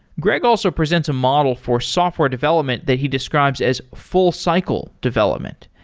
greg also presents a model for software development that he describes as full cycle development.